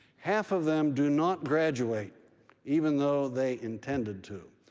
half of them do not graduate even though they intended to.